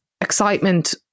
excitement